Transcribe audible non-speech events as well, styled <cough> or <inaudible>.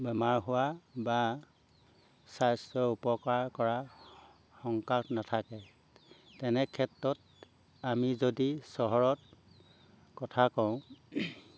বেমাৰ হোৱা বা স্বাস্থ্য উপকাৰ কৰা সং <unintelligible> নাথাকে তেনে ক্ষেত্ৰত আমি যদি চহৰত কথা কওঁ